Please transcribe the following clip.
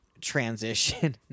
transition